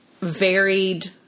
varied